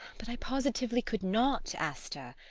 but i positively could not, asta!